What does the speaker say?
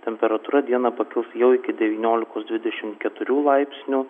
temperatūra dieną pakils jau iki devyniolikos dvidešim keturių laipsnių